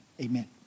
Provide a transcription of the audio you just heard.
Amen